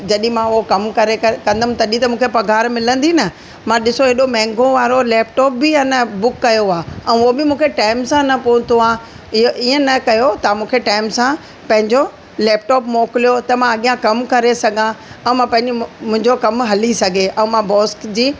जॾहिं मां हो कम करे करे कंदमि तॾहिं त मूंखे पगार मिलंदी न मां ॾिसो एॾो महांगो वारो लेपटॉप बि ऐ न बुक कयो आहे ऐं हो बि मूंखे टेम सां न पहुतो आहे इहो ईंअ न कयो तव्हां मूंखे टेम सां पंहिंजो लेपटॉप मोकिलियो त मां अॻियां कमु करे सघां ऐं मां म मुंहिंजो कमु हली सघे ऐं मां बॉस जी